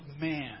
man